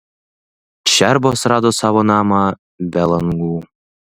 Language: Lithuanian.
čerbos rado savo namą be langų